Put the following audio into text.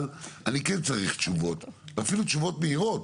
אבל אני כן צריך תשובות, ואפילו תשובות מהירות